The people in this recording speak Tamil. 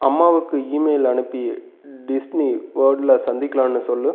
அம்மாவுக்கு ஈமெயில் அனுப்பி டிஸ்னி வேல்ட்டில் சந்திக்கலாம்னு சொல்